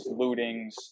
lootings